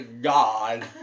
God